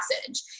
message